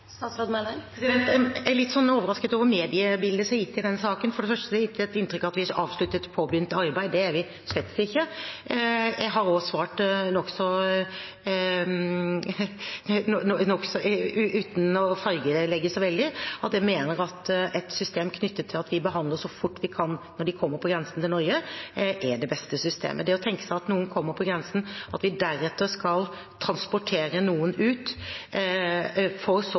Jeg er litt overrasket over mediebildet som er gitt i denne saken. For det første er det gitt et inntrykk av at vi har avsluttet et påbegynt arbeid. Det har vi slett ikke. Jeg har også svart – uten å fargelegge så veldig – at jeg mener at et system knyttet til at vi behandler så fort vi kan når de kommer på grensen til Norge, er det beste systemet. Å tenke seg at noen kommer på grensen, og at vi deretter skal transportere noen ut, for så